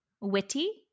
witty